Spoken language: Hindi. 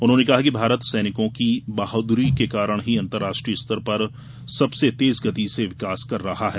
उन्होंने कहा कि भारत सैनिकों की बहादुरी के कारण ही अंतर्राष्ट्रीय स्तर पर भारत सबसे तेज गति से विकास कर रहा है